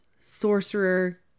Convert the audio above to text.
sorcerer